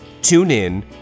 TuneIn